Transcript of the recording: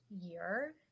year